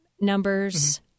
numbers